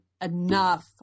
enough